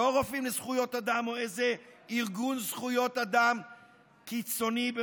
לא רופאים לזכויות אדם או איזה ארגון זכויות אדם "קיצוני",